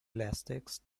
elastics